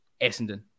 Essendon